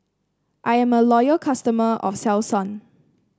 I am a loyal customer of Selsun